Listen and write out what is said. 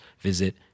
visit